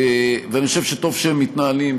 ואני חושב שטוב שהם מתנהלים,